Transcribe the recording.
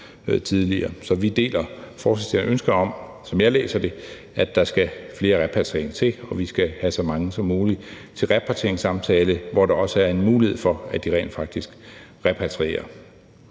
Så vi deler forslagsstillernes ønske – som jeg læser det – om, at vi skal have så mange som muligt til repatrieringssamtale, hvor der også er en mulighed for, at de rent faktisk repatrierer.